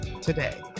today